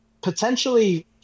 potentially